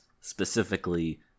specifically